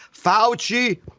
Fauci